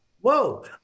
whoa